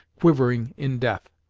quivering in death.